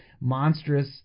monstrous –